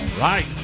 right